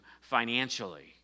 financially